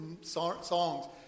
songs